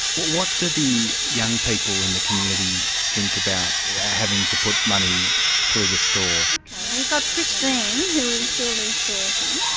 what do the young people in the community think about having to put money through the store? ok, well you've got christine who is julie's daughter,